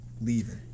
leaving